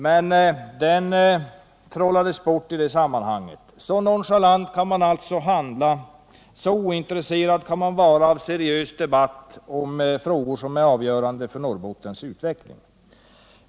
Den trollades bort i det sammanhanget. Så nonchalant kan man alltså handla, så ointresserad kan man vara av seriös debatt om frågor som är avgörande för Norrbottens utveckling.